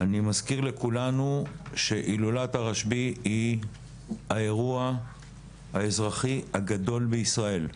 אני מזכיר לכולנו שהילולת הרשב"י היא האירוע האזרחי הגדול בישראל.